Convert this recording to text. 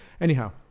Anyhow